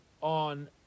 on